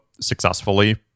successfully